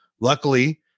Luckily